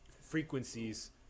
frequencies